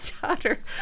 daughter